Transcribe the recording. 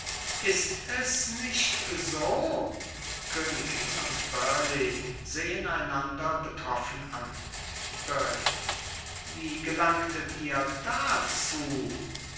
ist es nicht so königin und burleigh sehen einander betroffen an burleigh wie gelangtet ihr dazu